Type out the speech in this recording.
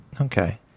Okay